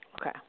Okay